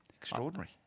Extraordinary